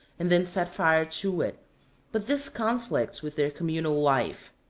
and then set fire to it but this conflicts with their communal life.